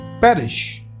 perish